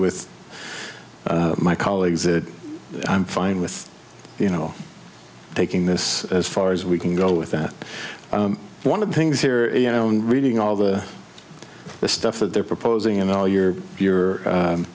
with my colleagues that i'm fine with you know taking this as far as we can go with that one of the things here you know reading all the stuff that they're proposing and all your your